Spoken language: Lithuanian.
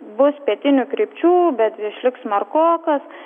bus pietinių krypčių bet išliks smarkokas